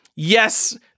Yes